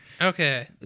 Okay